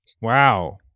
Wow